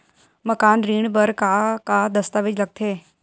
मकान ऋण बर का का दस्तावेज लगथे?